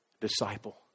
Disciple